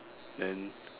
then